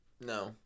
No